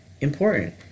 important